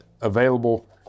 available